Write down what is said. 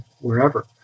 wherever